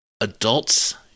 Adults